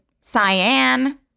Cyan